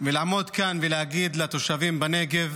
ולעמוד כאן ולהגיד לתושבים בנגב